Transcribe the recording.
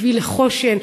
בשביל "חושן",